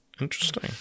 interesting